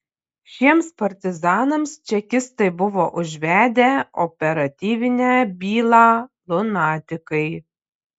šiems partizanams čekistai buvo užvedę operatyvinę bylą lunatikai